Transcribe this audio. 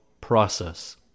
process